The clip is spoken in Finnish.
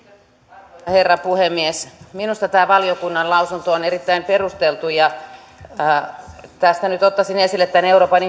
arvoisa herra puhemies minusta tämä valiokunnan lausunto on erittäin perusteltu tästä nyt ottaisin esille tämän euroopan